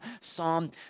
Psalm